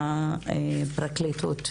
מהפרקליטות.